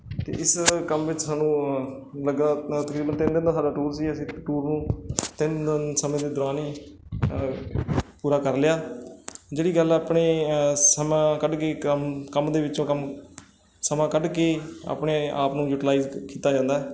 ਅਤੇ ਇਸ ਕੰਮ ਵਿੱਚ ਸਾਨੂੰ ਲੱਗਾ ਤਕਰੀਬਨ ਤਿੰਨ ਦਿਨ ਦਾ ਸਾਡਾ ਟੂਰ ਸੀ ਅਸੀਂ ਟੂਰ ਨੂੰ ਤਿੰਨ ਦਿਨ ਸਮੇਂ ਦੇ ਦੌਰਾਨ ਹੀ ਪੂਰਾ ਕਰ ਲਿਆ ਜਿਹੜੀ ਗੱਲ ਆਪਣੇ ਸਮਾਂ ਕੱਢ ਕੇ ਕੰਮ ਕੰਮ ਦੇ ਵਿੱਚੋਂ ਕੰਮ ਸਮਾਂ ਕੱਢ ਕੇ ਆਪਣੇ ਆਪ ਨੂੰ ਯੂਟੀਲਾਈਜ਼ ਕ ਕੀਤਾ ਜਾਂਦਾ